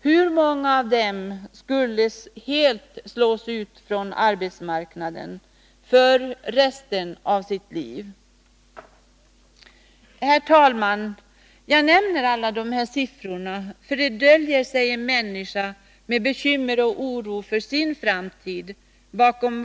Hur många av oss skulle helt slås ut från arbetsmarknaden för resten av livet? Herr talman! Att jag har nämnt alla dessa siffror beror på att det bakom var och en av dem döljer sig en människa med bekymmer och oro för sin framtid.